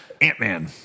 Ant-Man